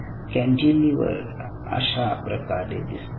cantilever अशाप्रकारे दिसतात